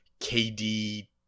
KD